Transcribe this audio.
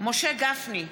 משה גפני,